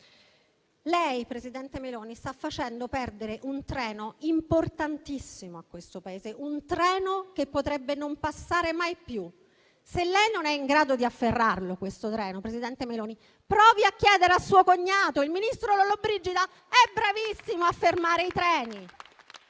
Lei, presidente Meloni, sta facendo perdere un treno importantissimo a questo Paese, un treno che potrebbe non passare mai più. Se lei non è in grado di afferrare questo treno, presidente Meloni, provi a chiedere a suo cognato: il ministro Lollobrigida è bravissimo a fermare i treni.